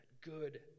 Good